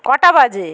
কটা বাজে